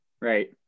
right